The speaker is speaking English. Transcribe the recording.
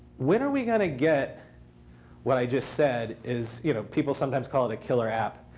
when are we going to get what i just said is you know people sometimes call it a killer app,